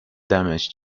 damage